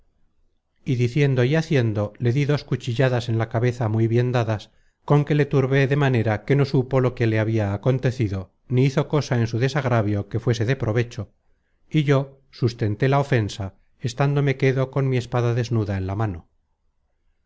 y diciendo y haciendo le dí dos cuchilladas en la cabeza muy bien dadas con que le turbé de manera que no supo lo que le habia acontecido ni hizo cosa en su desagravio que fuese de provecho y yo sustenté la ofensa estándome quédo con mi espada desnuda en la mano